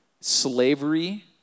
slavery